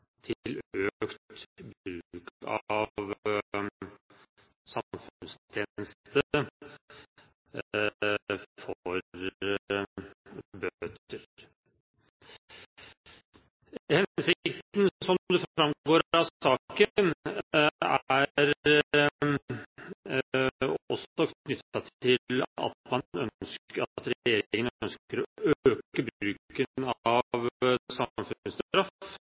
til økt bruk av samfunnstjeneste. Hensikten er, som det framgår av saken, også knyttet til at regjeringen ønsker å øke bruken av